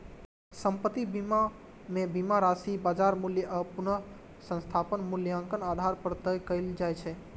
संपत्ति बीमा मे बीमा राशि बाजार मूल्य आ पुनर्स्थापन मूल्यक आधार पर तय कैल जाइ छै